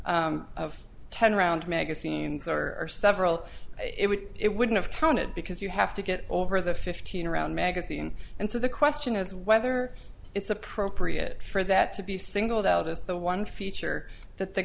of ten round magazines are several it wouldn't have counted because you have to get over the fifteen around magazine and so the question as whether it's appropriate for that to be singled out is the one feature that the